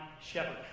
shepherd